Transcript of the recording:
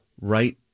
right